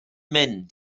mynd